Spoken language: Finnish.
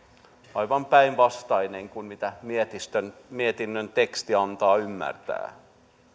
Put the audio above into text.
aivan päinvastainen kuin mitä mietinnön mietinnön teksti antaa ymmärtää